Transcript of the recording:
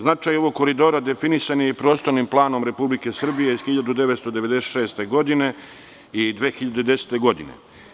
Značaj ovog koridora definisan je i Prostornim planom Republike Srbije iz 1996. godine i 2010. godine.